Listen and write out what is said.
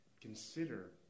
consider